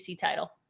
title